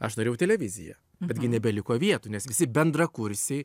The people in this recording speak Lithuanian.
aš norėjau į televiziją betgi nebeliko vietų nes visi bendrakursiai